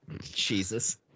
Jesus